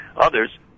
others